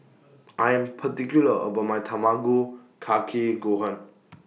I Am particular about My Tamago Kake Gohan